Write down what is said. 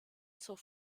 zur